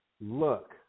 look